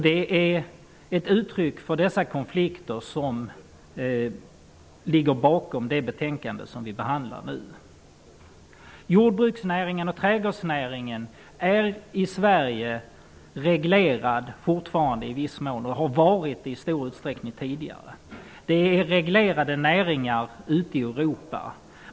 Det är ett utryck för dessa konflikter som ligger bakom det betänkande som vi nu behandlar. Sverige i viss mån fortfarande reglerad och har också tidigare varit det i viss utsträckning. Det är näringar som är reglerade ute i Europa.